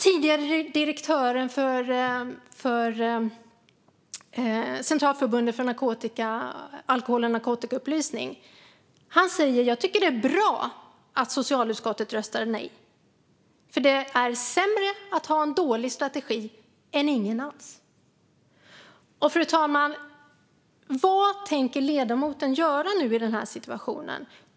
Tidigare direktören för Centralförbundet för alkohol och narkotikaupplysning säger att han tycker att det är bra att socialutskottet röstade nej, för det är sämre att ha en dålig strategi än ingen alls. Fru talman! Vad tänker ledamoten göra i den här situationen?